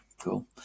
cool